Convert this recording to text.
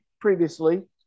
previously